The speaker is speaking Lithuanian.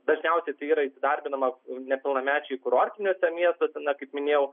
dažniausiai tai yra įsidarbinama nepilnamečių į kurortiniuose miestuose kaip minėjau